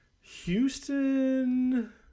Houston